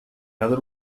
other